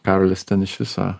karolis ten iš viso